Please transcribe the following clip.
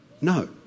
no